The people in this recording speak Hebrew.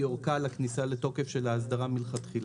אורכה לכניסה לתוקף של ההסדרה מלכתחילה.